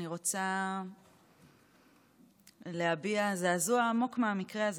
אני רוצה להביע זעזוע עמוק מהמקרה הזה.